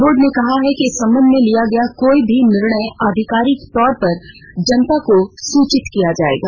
board ने कहा है कि इस संबंध में लिया गया कोई भी निर्णय आधिकारिक तौर पर जनता को सूचित किया जाएगा